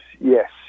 yes